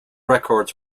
records